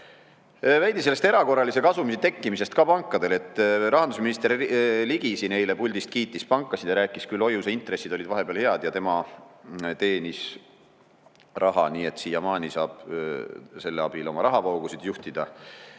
ka sellest erakorralise kasumi tekkimisest pankadele. Rahandusminister Ligi siin eile puldist kiitis pankasid ja rääkis, küll hoiuseintressid olid vahepeal head ja tema teenis raha, nii et siiamaani siiamaani saab selle abil oma rahavoogusid juhtida.